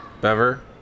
bever